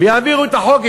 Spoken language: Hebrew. ויעבירו את החוק,